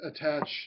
attach